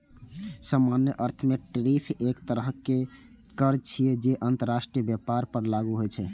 सामान्य अर्थ मे टैरिफ एक तरहक कर छियै, जे अंतरराष्ट्रीय व्यापार पर लागू होइ छै